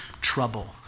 trouble